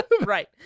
Right